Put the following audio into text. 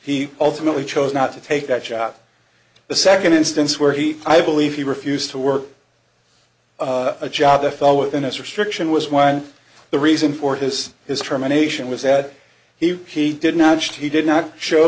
he ultimately chose not to take that shot the second instance where he i believe he refused to work a job that fell within his restriction was one of the reason for his his terminations was that he he did not he did not show